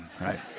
right